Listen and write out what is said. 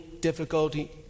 difficulty